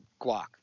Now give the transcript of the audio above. guac